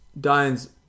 Diane's